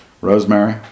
Rosemary